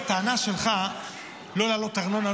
הטענה שלך לא להעלות ארנונה,